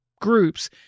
groups